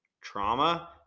Trauma